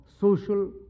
social